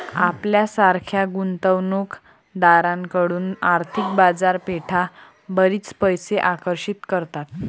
आपल्यासारख्या गुंतवणूक दारांकडून आर्थिक बाजारपेठा बरीच पैसे आकर्षित करतात